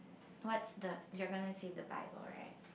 what's the you're gonna say the bible right